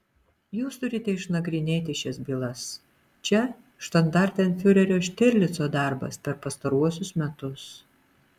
jūs turite išnagrinėti šias bylas čia štandartenfiurerio štirlico darbas per pastaruosius metus